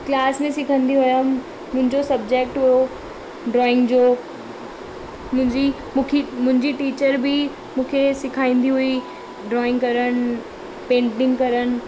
class में सिखंदी हुअमि मुंहिंजो सब्जेक्ट हुओ ड्रॉईंग जो मुंहिंजी मूंखे मुंहिजी टीचर बि मूंखे सिखाईंदी हुई ड्रॉईंग करणु पेंटिंग करणु